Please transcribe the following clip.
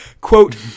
Quote